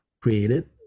created